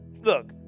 look